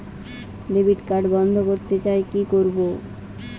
Debit card বন্ধ করতে চাই কি করব?